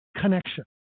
connection